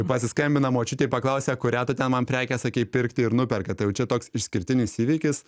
pasiskambina močiutei paklausia kurią tu ten man prekę sakei pirkti ir nuperka tai jau čia toks išskirtinis įvykis